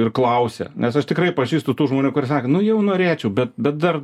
ir klausia nes aš tikrai pažįstu tų žmonių kurie sako nu jau norėčiau bet bet dar